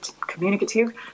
communicative